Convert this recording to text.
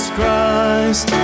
Christ